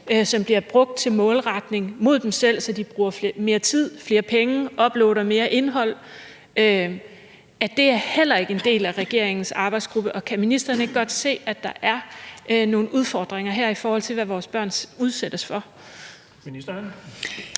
som bliver brugt til målretning mod dem selv, så de bruger mere tid, flere penge og uploader mere indhold, heller ikke er en del af regeringens arbejdsgruppe? Og kan ministeren ikke godt se, at der er nogle udfordringer her, i forhold til hvad vores børn udsættes for?